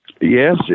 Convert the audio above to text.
Yes